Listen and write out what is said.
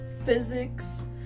physics